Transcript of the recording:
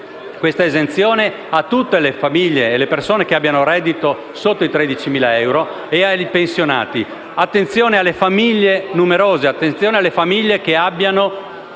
tale esenzione a tutte le famiglie e alle persone che abbiano reddito sotto i 13.000 euro e ai pensionati. Attenzione alle famiglie numerose e a quelle che abbiano